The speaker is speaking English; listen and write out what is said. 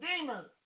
demons